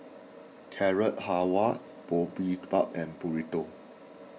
Carrot Halwa Boribap and Burrito